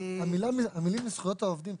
המילים "זכויות העובדים",